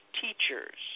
teachers